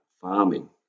farming